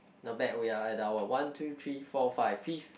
not bad we are at our one two three four five fifth